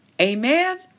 Amen